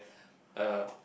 uh